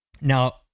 Now